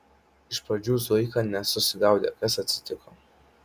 iš pradžių zuika nesusigaudė kas atsitiko